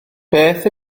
beth